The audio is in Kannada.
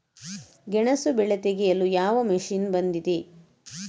ಗೆಣಸು ಬೆಳೆ ತೆಗೆಯಲು ಯಾವ ಮಷೀನ್ ಬಂದಿದೆ?